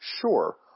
Sure